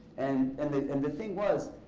and and the and thing was,